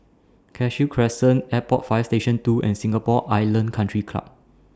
Cashew Crescent Airport Fire Station two and Singapore Island Country Club